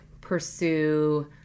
pursue